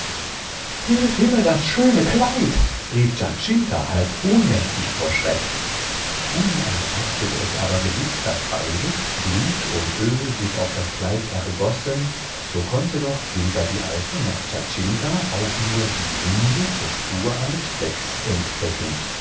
hilf himmel das schöne kleid rief giacinta halb ohnmächtig vor schreck unerachtet es aber gewiß daß beides blut und öl sich auf das kleid ergossen so konnte doch weder die alte noch giacinta auch nur die mindeste spur eines flecks entdecken